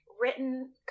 written